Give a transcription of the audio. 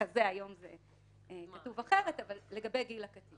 היום לגבי גיל הקטין זה כתוב אחרת ואנחנו מתקנים את זה לנוסח הזה.